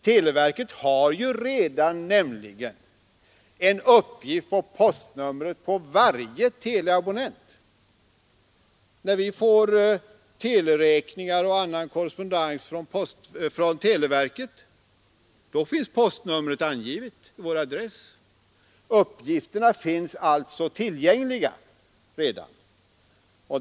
Televerket har nämligen redan uppgift om postnumret för varje teleabonnent. När vi får teleräkningar och annan korrespondens från televerket, finns postnumret angivet i vår adress. Uppgifterna finns alltså redan tillgängliga.